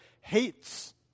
hates